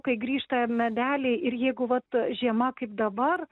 kai grįžta medeliai ir jeigu vat žiema kaip dabar